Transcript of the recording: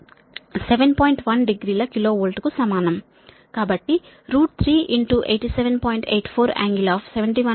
1 degree ల kilovolt కు సమానం